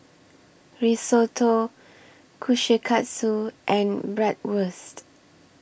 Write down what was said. Risotto Kushikatsu and Bratwurst